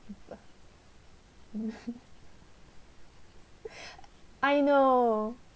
I know